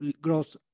growth